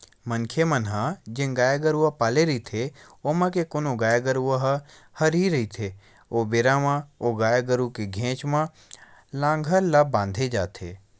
मनखे मन ह जेन गाय गरुवा पाले रहिथे ओमा के कोनो गाय गरुवा ह हरही रहिथे ओ बेरा म ओ गाय गरु के घेंच म लांहगर ला बांधे जाथे